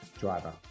Driver